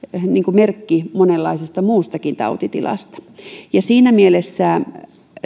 merkki monenlaisesta muustakin tautitilasta siinä mielessä